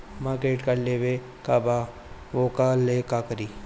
हमरा credit card लेवे के बा वोकरा ला का करी?